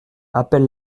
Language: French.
appelle